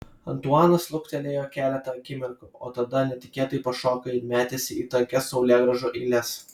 antuanas luktelėjo keletą akimirkų o tada netikėtai pašoko ir metėsi į tankias saulėgrąžų eiles